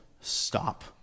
stop